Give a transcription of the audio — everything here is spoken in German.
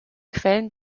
quellen